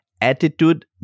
attitude